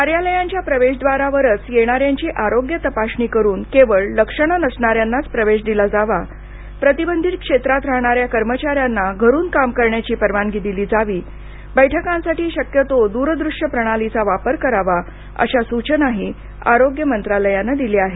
कार्यालयांच्या प्रवेश द्वारावरच येणाऱ्यांची आरोग्य तपासणी करून केवळ लक्षणे नसणाऱ्यांनाच प्रवेश दिला जावा प्रतिबंधित क्षेत्रात राहणाऱ्या कर्मचाऱ्यांना घरून काम करण्याची परवानगी दिली जावी बैठकांसाठी शक्यतो दूर दूश्य प्रणालीचा वापर करावा अशा सूचनाही आरोग्य मंत्रालयानं दिल्या आहेत